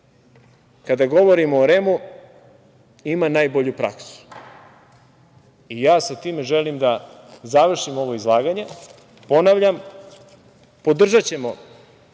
kada govorimo o REM-u, ima najbolju praksu. Ja sa time želim da završim ovo izlaganje. Ponavljam, podržaćemo